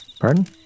Pardon